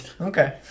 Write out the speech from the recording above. Okay